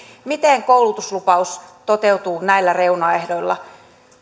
miten koulutuslupaus toteutuu näillä reunaehdoilla